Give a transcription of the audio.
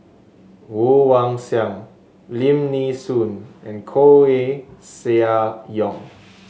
Woon Wah Siang Lim Nee Soon and Koeh Sia Yong